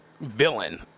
villain